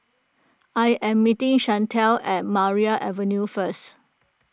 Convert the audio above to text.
I am meeting Shantell at Maria Avenue first